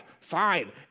fine